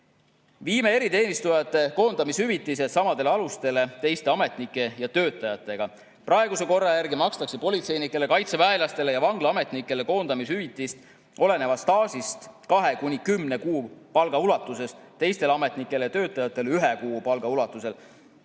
Viime eriteenistujate koondamishüvitised samadele alustele teiste ametnike ja töötajate hüvitistega. Praeguse korra järgi makstakse politseinikele, kaitseväelastele ja vanglaametnikele koondamishüvitist olenevalt staažist 2–10 kuupalga ulatuses, teistele ametnikele ja töötajatele ühe kuupalga ulatuses.